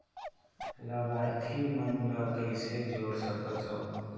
लाभार्थी मन ल कइसे जोड़ सकथव?